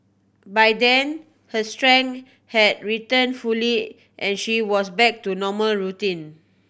by then her strength had returned fully and she was back to normal routine